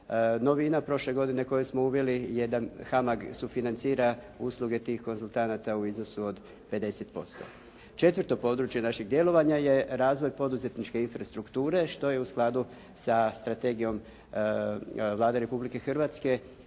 Novina prošle godine koju smo uveli je da HAMAG sufinancira usluge tih konzultanata u iznosu od 50%. Četvrto područje našeg djelovanja je razvoj poduzetničke infrastrukture što je u skladu sa strategijom Vlade Republike Hrvatske